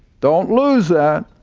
don't lose that,